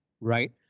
right